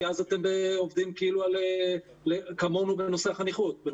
כי אז אתם עובדים כאילו כמונו בנושא חוק החניכות.